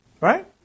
Right